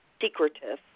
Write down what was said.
secretive